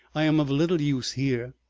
i am of little use here.